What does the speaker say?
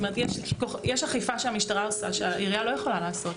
יש אכיפה שהמשטרה עושה והעירייה לא יכולה לעשות.